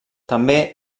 també